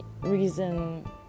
reason